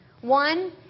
One